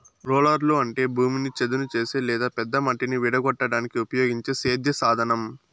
రోలర్లు అంటే భూమిని చదును చేసే లేదా పెద్ద మట్టిని విడగొట్టడానికి ఉపయోగించే సేద్య సాధనం